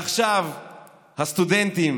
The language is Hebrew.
עכשיו הסטודנטים